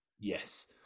Yes